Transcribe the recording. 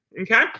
Okay